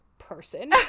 person